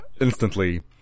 instantly